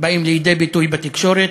באים לידי ביטוי בתקשורת.